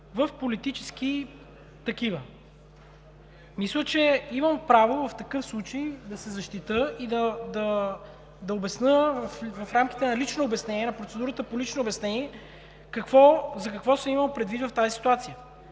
в политически такива. Мисля, че имам право в такъв случай да се защитя и да обясня, в рамките на процедурата по лично обяснение какво съм имал предвид в тази ситуация.